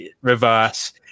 reverse